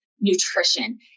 nutrition